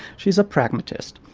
she is a pragmatist.